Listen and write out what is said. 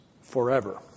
forever